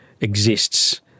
exists